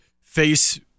face